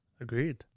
Agreed